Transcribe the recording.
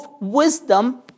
wisdom